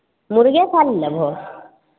मुर्गे खाली लेबहो